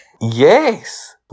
Yes